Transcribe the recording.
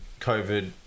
COVID